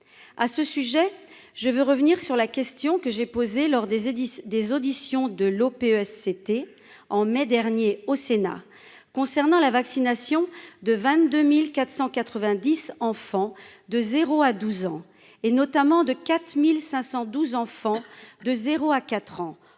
à ce sujet, je veux revenir sur la question que j'ai posée lors des éditions des auditions de l'OPA, c'était en mai dernier au Sénat concernant la vaccination de 22490 enfants de 0 à 12 ans, et notamment de 4512 enfants de 0 à 4 ans